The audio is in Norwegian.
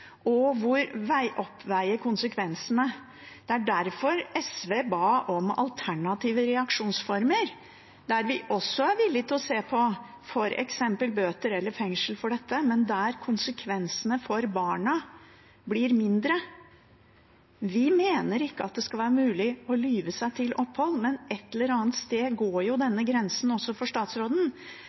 og oppveie konsekvensene. Det er derfor SV ba om alternative reaksjonsformer, der vi også er villige til å se på f.eks. bøter eller fengsel for dette, men der konsekvensene for barna blir mindre. Vi mener ikke at det skal være mulig å lyve seg til opphold, men et eller annet sted går jo denne grensen også for statsråden.